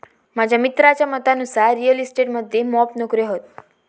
माझ्या मित्राच्या मतानुसार रिअल इस्टेट मध्ये मोप नोकर्यो हत